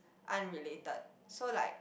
unrelated so like